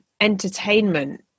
entertainment